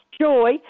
joy